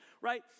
Right